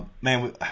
man